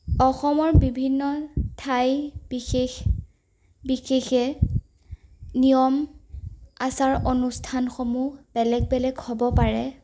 অসমৰ বিভিন্ন ঠাই বিশেষ বিশেষে নিয়ম আচাৰ অনুষ্ঠানসমূহ বেলেগ বেলেগ হ'ব পাৰে